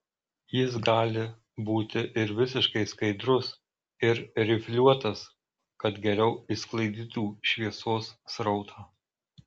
jis gali būti ir visiškai skaidrus ir rifliuotas kad geriau sklaidytų šviesos srautą